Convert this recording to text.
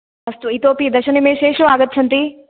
अस्तु इतोऽपि दशनिमिशेषु आगच्छन्ति